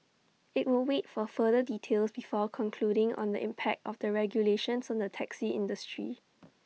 IT will wait for further details before concluding on the impact of the regulations on the taxi industry